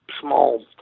small